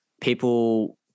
people